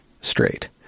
straight